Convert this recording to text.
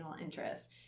interest